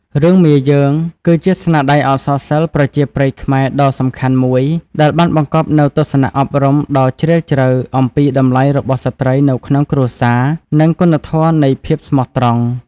រឿង មាយើង គឺជាស្នាដៃអក្សរសិល្ប៍ប្រជាប្រិយខ្មែរដ៏សំខាន់មួយ ដែលបានបង្កប់នូវទស្សនៈអប់រំដ៏ជ្រាលជ្រៅអំពីតម្លៃរបស់ស្ត្រីនៅក្នុងគ្រួសារ និងគុណធម៌នៃភាពស្មោះត្រង់។